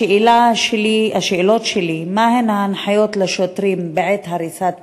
השאלות שלי: 1. מהן ההנחיות לשוטרים בעת הריסת בתים?